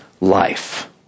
life